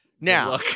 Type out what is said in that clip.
now